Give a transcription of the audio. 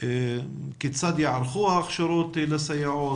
כיצד ייערכו ההכשרות לסייעות,